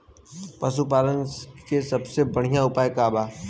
पशु पालन के सबसे बढ़ियां उपाय का बा?